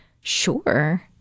Sure